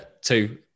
two